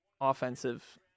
offensive